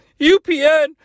UPN